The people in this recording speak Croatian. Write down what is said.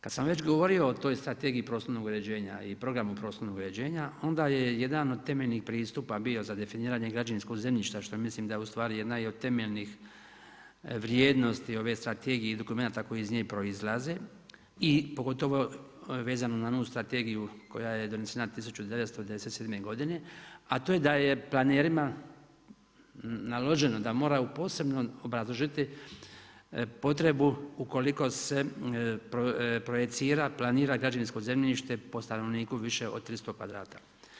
Kada sam već govorio o toj Strategiji prostornog uređenja i Programu prostornog uređenja onda je jedan od temeljnih pristupa bio za definiranje građevinskog zemljišta, što mislim da je ustvari jedna i od temeljnih vrijednosti ove strategije i dokumenata koji iz nje proizlaze i pogotovo vezano na onu strategiju koja je donesena 1997. godine, a to je da je planerima naloženo da moraju posebno obrazložiti potrebu ukoliko se projicira planira građevinsko zemljište po stanovniku više od 300 kvadrata.